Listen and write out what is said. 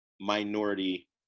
minority